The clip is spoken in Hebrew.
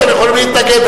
אתם יכולים להתנגד,